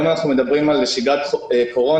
היום אנחנו מדברים על שגרת קורונה.